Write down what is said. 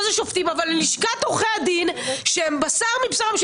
איזה שופטים יהיו אבל לשכת עורכי הדין שהיא בשר מבשרם,